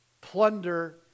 plunder